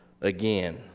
again